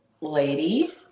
lady